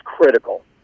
critical